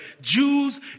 Jews